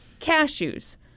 cashews